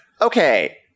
Okay